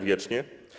Wiecznie.